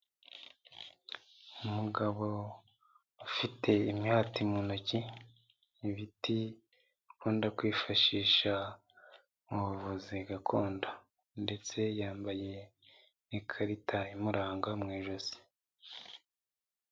Umugabo ufite imihati mu ntoki, ibiti kunda kwifashisha mu buvuzi gakondo, ndetse yambaye n'ikarita imuranga mu ijosi.